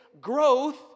growth